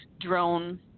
drone